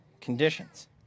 conditions